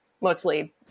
mostly